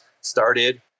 started